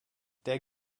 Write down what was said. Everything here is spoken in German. der